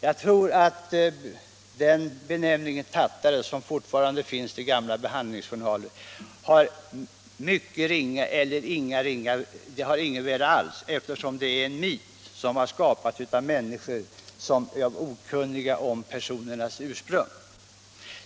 Jag tror att benämningen tattare, som fortfarande finns i gamla behandlingsjournaler, har mycket ringa värde eller inget värde alls, eftersom det handlar om en myt som skapats av människor som är okunniga om vederbörandes ursprung.